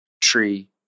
tree